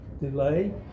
delay